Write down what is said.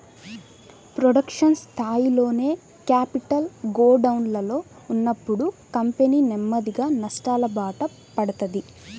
production స్థాయిలోనే capital గోడౌన్లలో ఉన్నప్పుడు కంపెనీ నెమ్మదిగా నష్టాలబాట పడతది